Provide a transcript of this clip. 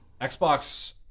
Xbox